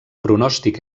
pronòstic